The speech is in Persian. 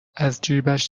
ازجیبش